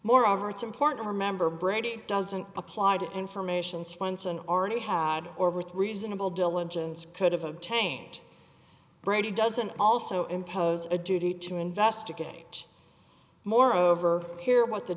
moreover it's important to remember brady doesn't apply to information swenson already had or with reasonable diligence could have obtained brady doesn't also impose a duty to investigate moreover here what the